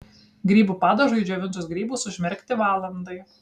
grybų padažui džiovintus grybus užmerkti valandai